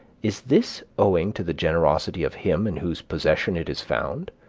is this owing to the generosity of him in whose possession it is found,